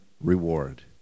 reward